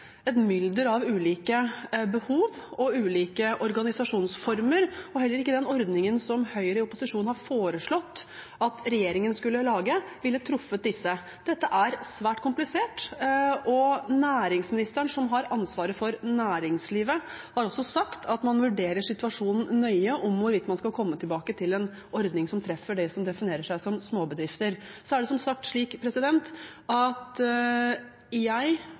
et mylder av ulike behov og ulike organisasjonsformer. Og heller ikke den ordningen som Høyre i opposisjon har foreslått at regjeringen skulle lage, ville truffet disse. Dette er svært komplisert. Næringsministeren, som har ansvaret for næringslivet, har også sagt at man vurderer situasjonen nøye med hensyn til hvorvidt man skal komme tilbake med en ordning som treffer dem som definerer seg som småbedrifter.